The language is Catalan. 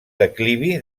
declivi